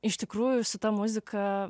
iš tikrųjų su ta muzika